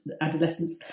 adolescence